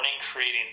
creating